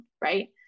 right